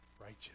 righteous